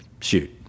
shoot